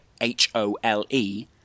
H-O-L-E